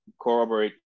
corroborate